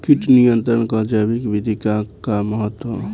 कीट नियंत्रण क जैविक विधि क का महत्व ह?